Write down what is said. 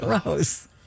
Gross